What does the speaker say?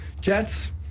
Jets